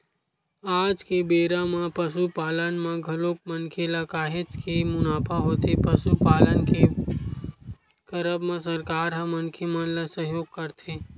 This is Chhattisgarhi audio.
आज के बेरा म पसुपालन म घलोक मनखे ल काहेच के मुनाफा होथे पसुपालन के करब म सरकार ह मनखे मन ल सहयोग करथे